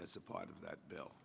as a part of that bill